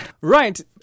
Right